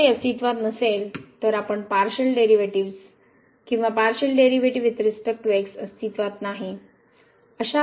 जर ते अस्तित्त्वात नसेल तर आपण पारशीअल डेरिव्हेटिव्हज किंवा partial derivatives with respect to x अस्तित्त्वात नाही